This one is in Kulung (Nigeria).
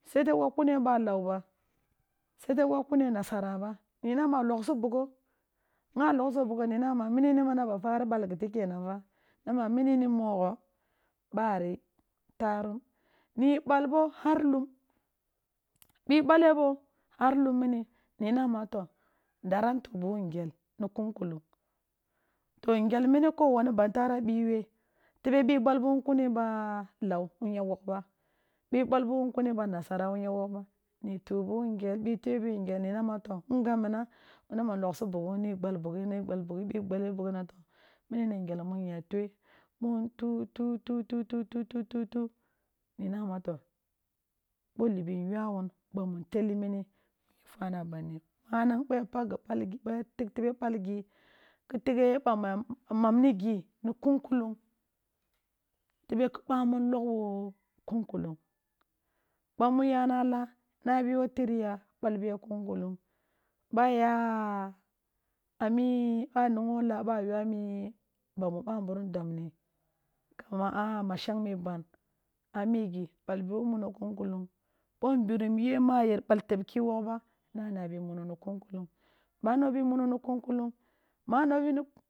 Si yete wogh kune ba lan ba si yeti wogh kune nasara b ani na ma loghsi bugho ba loghso bugho ni na ma mini ni men a ba fari balgite kenan ba, na ma mini ni mogho, bari, tarm nib al bo har um, ɓi ɓale bo gar lum mini ni nama toh dara ntu biwun ngel ni kunkulung to ngel mini ko wone bantara bi ya tebe bi bal bwan kuni biba lan wum ya wogh ba, bi ɓal ɓi wun kime ɓa na sara wuya wogh ba, nit u ɓiwun ngel bi tue biwun gel ni ma toh in gab mmam manama noghsi bughi bi bale bughi-ni bal bughi bi bale bughi na to mini ni ngel mu nya twe bru ntu tu tu tu tu tu tu tu tu ni na ma to bp libi nyua wun bamin ntelle mini, yin fara a banni, manag bro yap akh gi balgi, boy a tigh tebe ɓalgi kin teghe ye bami ya mum ni gi ni kunkulung tebe ki bamun logh wo kun kuhng bamu yana laa, na bi wo tiriya bal bi yak un kulung bay a ami ba ngho la aba yoo a bamu bambunm dobbi kama a mmashagme ban a migi bal bi wo muno kun kalung bo wogh ba na nabi mun oni kunkulung, ba no bi mun oni kunkuhing, ma no bi.